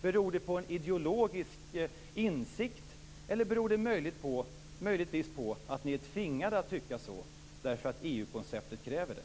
Beror det på en ideologisk insikt eller beror det möjligtvis på att ni är tvingade att tycka så därför att EU konceptet kräver det?